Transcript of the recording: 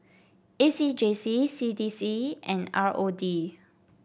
A C J C C D C and R O D